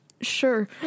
Sure